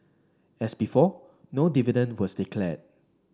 as before no dividend was declared